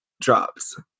drops